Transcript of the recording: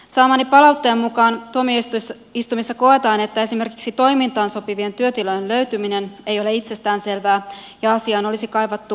saamani palautteen mukaan tuomioistuimissa koetaan että esimerkiksi toimintaan sopivien työtilojen löytyminen ei ole itsestään selvää ja asiaan olisi kaivattu perehdyttämistä enemmän